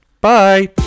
bye